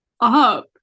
up